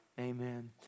Amen